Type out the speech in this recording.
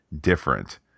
different